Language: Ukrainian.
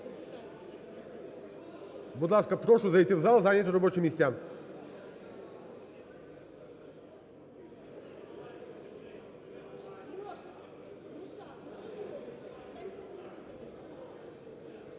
Будь ласка, прошу зайти в зал і зайняти робочі місця.